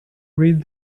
read